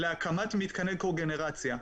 -- להקמת מתקני קוגנרציה.